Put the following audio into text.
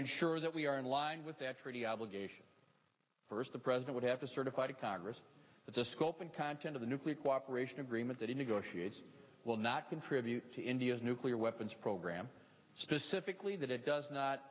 ensure that we are in line with that treaty obligation first the president would have to certify to congress that the scope and content of the nuclear cooperation agreement that it negotiates will not contribute to india's nuclear weapons program specifically that it does not